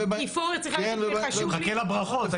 כי פורר צריך ללכת וחשוב לי --- מחכה לברכות.